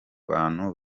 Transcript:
bantu